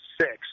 six